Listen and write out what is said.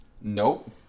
Nope